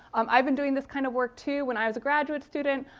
um i've been doing this kind of work too. when i was a graduate student,